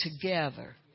together